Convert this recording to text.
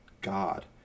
God